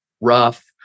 rough